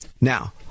Now